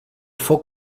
foc